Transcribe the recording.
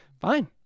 fine